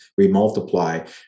remultiply